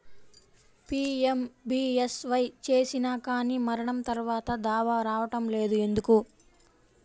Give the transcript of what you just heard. PMBSY చేసినా కానీ మరణం తర్వాత దావా రావటం లేదు ఎందుకు?